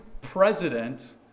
president